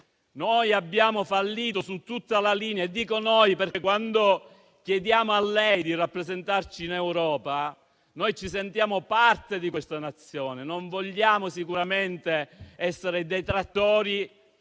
Abbiamo fallito su tutta la linea e dico "noi" perché quando chiediamo a lei di rappresentarci in Europa, ci sentiamo parte di questa Nazione, non vogliamo sicuramente essere detrattori